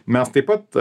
mes taip pat